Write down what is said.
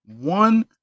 one